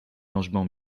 logement